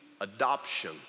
adoption